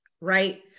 right